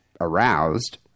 aroused